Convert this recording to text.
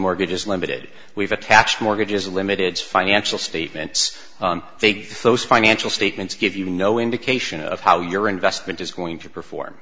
mortgages limited we've attached mortgages unlimited financial statements vague those financial statements give you no indication of how your investment is going to perform